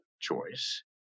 choice